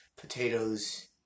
potatoes